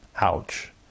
Ouch